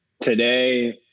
today